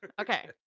Okay